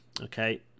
Okay